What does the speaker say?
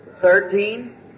Thirteen